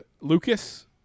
Lucas